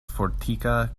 fortika